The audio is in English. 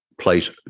place